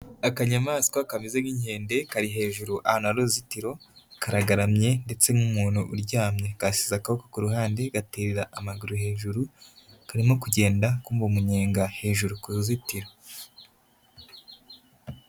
Akanyamaswa kameze nk'inkende kari hejuru ahantu hari uruzitiro karagaramye ndetse nk'umuntu uryamye kasize akaboko kuruhande gaterera amaguru hejuru karimo kugenda kumva umunyenga hejuru kuruzitiro.